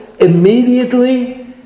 immediately